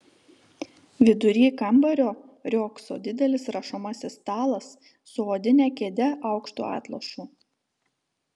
vidury kambario riogso didelis rašomasis stalas su odine kėde aukštu atlošu